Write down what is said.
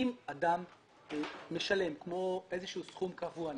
אם אדם משלם איזשהו סכום קבוע,